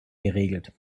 geregelt